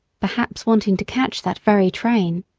perhaps wanting to catch that very train.